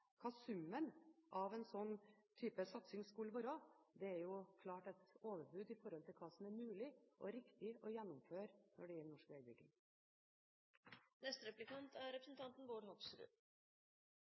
hva summen av en slik type satsing vil være. Det er klart et overbud i forhold til hva som er mulig og riktig å gjennomføre når det gjelder norsk vegbygging. Det er